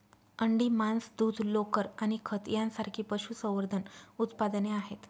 अंडी, मांस, दूध, लोकर आणि खत यांसारखी पशुसंवर्धन उत्पादने आहेत